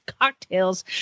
cocktails